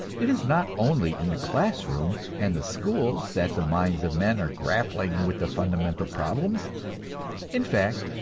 it is not only in the class-room and the schools that the minds of men are grappling with the fundamental problems in fact,